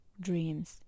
dreams